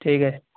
ٹھیک ہے